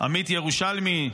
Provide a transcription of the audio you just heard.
עמית ירושלמי.